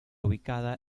ubicada